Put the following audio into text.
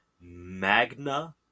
Magna